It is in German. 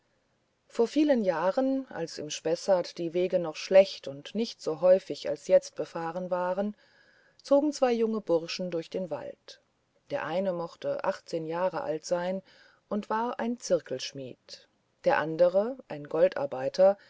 vor vielen jahren als im spessart die wege noch schlecht und nicht so häufig als jetzt befahren waren zogen zwei junge bursche durch diesen wald der eine mochte achtzehn jahre alt sein und war ein zirkelschmidt der andere ein